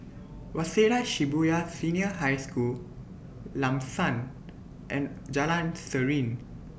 Waseda Shibuya Senior High School Lam San and Jalan Serene